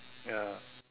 ya